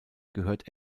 gehört